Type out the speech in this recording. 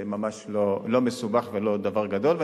זה ממש לא מסובך ולא דבר גדול,